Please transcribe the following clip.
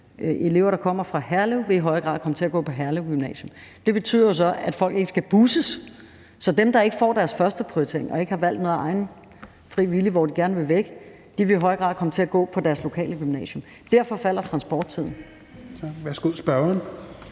elever, der kommer fra Herlev, i højere grad vil komme til at gå på Herlev Gymnasium. Det betyder så, at folk ikke skal busses, så dem, der ikke får deres førsteprioritering og ikke har valgt af egen fri vilje, vil i højere grad komme til at gå på deres lokale gymnasium. Derfor falder transporttiden.